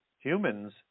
humans